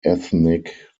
ethnic